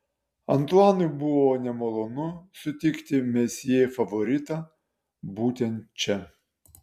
antuanui buvo nemalonu sutikti mesjė favoritą būtent čia